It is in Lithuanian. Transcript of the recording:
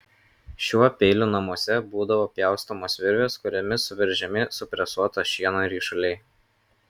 šiuo peiliu namuose būdavo pjaustomos virvės kuriomis suveržiami supresuoto šieno ryšuliai